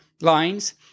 lines